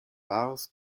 wahres